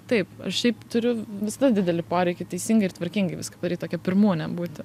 taip aš šiaip turiu visada didelį poreikį teisingai ir tvarkingai viską daryti tokia pirmūne būti